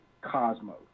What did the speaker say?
Cosmo